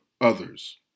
others